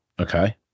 Okay